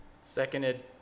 Seconded